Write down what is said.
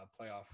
playoff